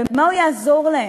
במה הוא יעזור להם?